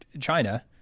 China